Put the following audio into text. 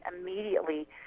immediately